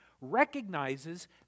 recognizes